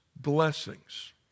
blessings